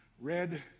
Red